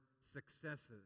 successes